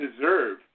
deserve